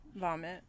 vomit